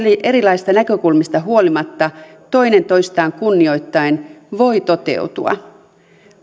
erilaisista näkökulmista huolimatta toinen toistaan kunnioittaen voi toteutua